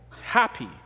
Happy